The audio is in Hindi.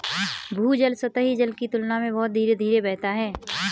भूजल सतही जल की तुलना में बहुत धीरे धीरे बहता है